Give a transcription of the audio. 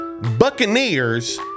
Buccaneers